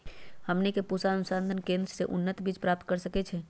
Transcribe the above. हमनी के पूसा अनुसंधान केंद्र से उन्नत बीज प्राप्त कर सकैछे?